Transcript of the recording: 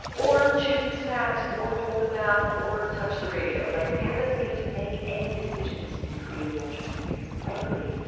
or choose the snacks or hold the map or touch the radio. like, fear doesn't get to make any decisions in creative ventures because frankly,